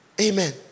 Amen